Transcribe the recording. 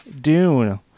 dune